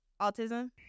autism